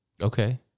Okay